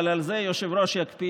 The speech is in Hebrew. אבל על זה היושב-ראש יקפיד,